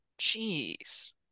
Jeez